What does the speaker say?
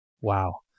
Wow